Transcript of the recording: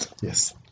Yes